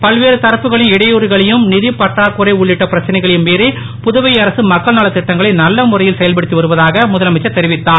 பல்வேறு தரப்புகளின் இடையூறுகளையும் நிதி பற்றாக்குறை உள்ளிட்ட பிரச்சனைகளையும் மீறி புதுவை அரசு மக்கள் நலத் திட்டங்களை நல்ல முறையில் செயல்படுத்தி வருவதாக முதலமைச்சர் தெரிவித்தார்